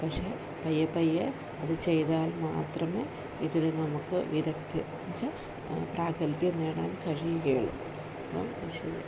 പക്ഷേ പയ്യെപ്പയ്യെ അതു ചെയ്താൽ മാത്രമേ ഇതില് നമുക്ക് വിദഗ്ദ്ധ എന്നുവച്ചാല് പ്രാഗൽഭ്യം നേടാൻ കഴിയുകയുള്ളു അപ്പോള് ശരി